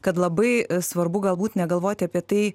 kad labai svarbu galbūt negalvoti apie tai